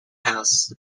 house